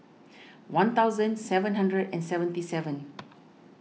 one thousand seven hundred and seventy seven